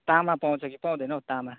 तामा पाउँछ कि पाउँदैन हौ तामा